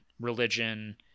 religion